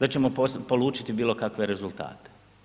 da ćemo polučiti bilokakve rezultate.